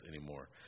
anymore